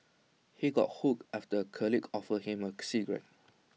he got hooked after A colleague offered him A cigarette